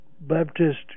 Baptist